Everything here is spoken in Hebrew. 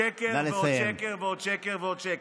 שקר ועוד שקר ועוד שקר ועוד שקר.